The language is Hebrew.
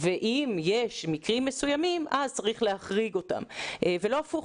ואם יש מקרים מסוימים אז צריך להחריג אותם ולא הפוך.